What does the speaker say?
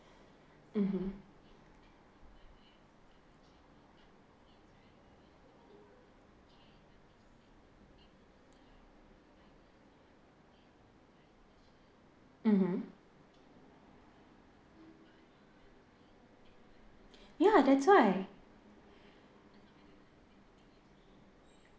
mmhmm mmhmm ya that's why